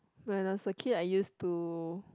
when I was a kid I use to